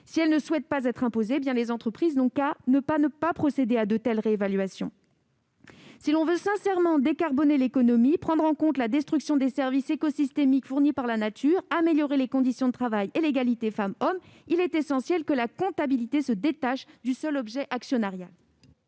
Si elles ne souhaitent pas être imposées, les entreprises n'ont qu'à s'abstenir de procéder à de telles réévaluations. Si l'on veut sincèrement décarboner l'économie, prendre en compte la destruction des services écosystémiques fournis par la nature et améliorer les conditions de travail et l'égalité femme-homme, il est essentiel que la comptabilité se détache du seul objectif actionnarial.